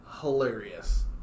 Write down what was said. hilarious